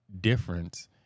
difference